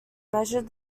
measured